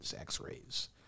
x-rays